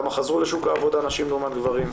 כמה חזרו לשוק העבודה, נשים לעומת גברים?